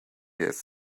has